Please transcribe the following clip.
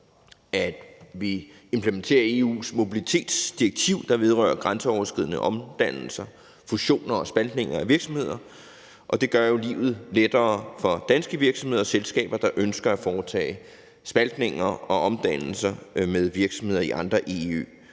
at vi implementerer EU's mobilitetsdirektiv, der vedrører grænseoverskridende omdannelser, fusioner og spaltninger af virksomheder. Det gør jo livet lettere for danske virksomheder og selskaber, der ønsker at foretage spaltninger og omdannelser med virksomheder i andre EU-